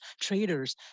traders